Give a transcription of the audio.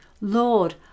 Lord